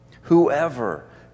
whoever